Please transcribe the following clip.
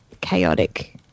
chaotic